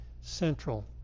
central